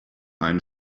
ein